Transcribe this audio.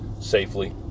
safely